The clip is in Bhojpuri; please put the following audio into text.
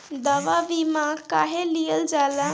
दवा बीमा काहे लियल जाला?